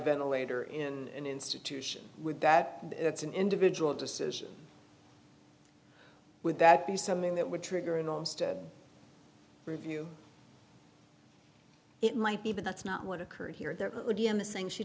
ventilator in institution with that it's an individual decision would that be something that would trigger an arms to review it might be but that's not what occurred here